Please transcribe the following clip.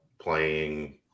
playing